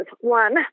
One